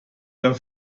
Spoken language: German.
der